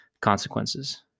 consequences